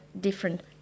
different